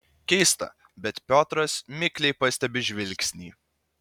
keista bet piotras mikliai pastebi žvilgsnį